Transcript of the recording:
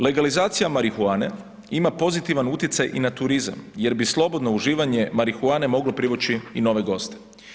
Legalizacija marihuane ima pozitivan utjecaj i na turizam jer bi slobodno uživanje marihuane moglo privući i nove goste.